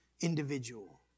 individual